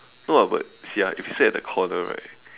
no ah but if you sit at the corner